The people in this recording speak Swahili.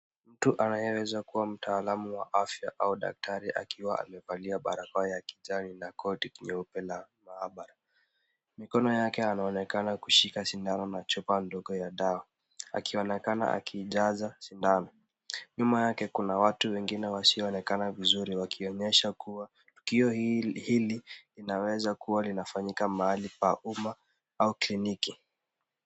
Mtu anayeweza kuwa mtaalamu wa afya au daktari akiwa amevalia barakoa ya kijani na koti nyeupe la maabara. Mikono yake anaonekana kushika sindano na chupa ndogo ya dawa akionekana akiijaza sindano. Nyuma yake kuna watu wengine wasioonekana vizuri wakionyesha kuwa tukio hili linaweza kuwa linafanyika mahali pa umma au kliniki.